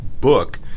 book